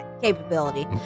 capability